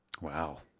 Wow